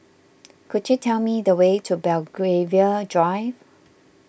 could you tell me the way to Belgravia Drive